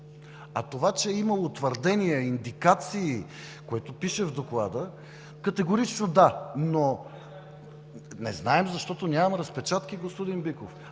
А това, че е имало твърдения, индикации, което пише в Доклада, категорично да, но не знаем, защото нямаме разпечатки, господин Биков,